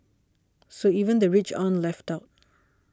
so even the rich aren't left out